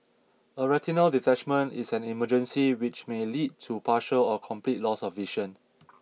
a retinal detachment is an emergency which may lead to partial or complete loss of vision